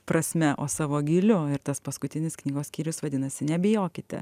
prasme o savo gyliu ir tas paskutinis knygos skyrius vadinasi nebijokite